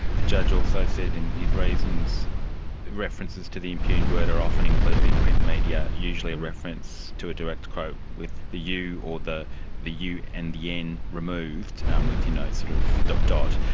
the judge also said in his reasons references to the impugned word are often included in print media, usually a reference to a direct quote with the u or the the u and the n removed with you know sort of dot dot.